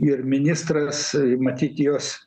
ir ministras matyt jos